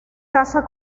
casa